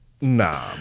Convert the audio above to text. nah